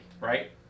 right